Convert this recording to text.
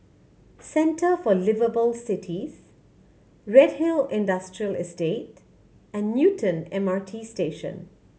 Centre for Liveable Cities Redhill Industrial Estate and Newton M R T Station